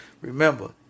Remember